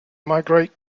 migrate